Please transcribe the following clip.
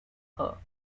her